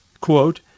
quote